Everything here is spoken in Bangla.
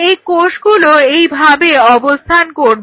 এই কোষগুলো এইভাবে অবস্থান করবে